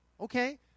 Okay